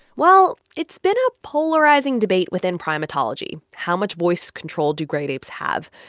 well, it's been a polarizing debate within primatology how much voice control do great apes have?